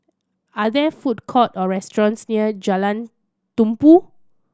are there food courts or restaurants near Jalan Tumpu